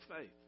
faith